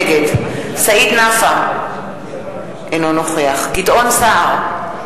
נגד סעיד נפאע, אינו נוכח גדעון סער,